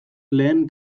lehen